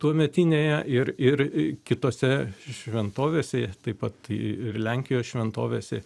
tuometinėje ir ir kitose šventovėse taip pat ir lenkijos šventovėse